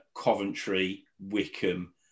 Coventry-Wickham